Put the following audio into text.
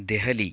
Delhi